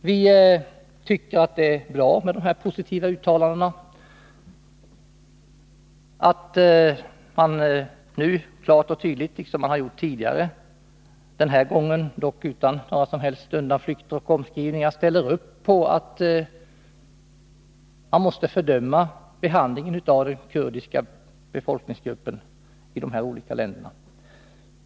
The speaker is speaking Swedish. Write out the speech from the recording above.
Vi i vpk tycker att det är bra med dessa positiva uttalanden, och det är bra att man nu klart och tydligt liksom tidigare — den här gången dock utan några som helst undanflykter och omskrivningar — ställer upp på att man måste fördöma behandlingen av den kurdiska befolkningsgruppen i de olika länderna.